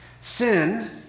Sin